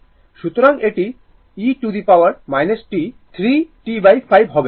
সুতরাং এটি e t 3 t5 হবে